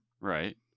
Right